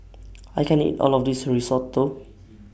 I can't eat All of This Risotto